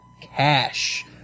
cash